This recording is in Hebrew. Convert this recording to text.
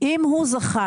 אם הוא זכה,